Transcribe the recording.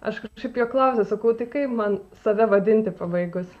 aš kažkaip jo klausiau sakau tai kaip man save vadinti pabaigus